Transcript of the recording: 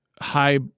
high